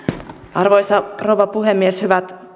arvoisa rouva puhemies hyvät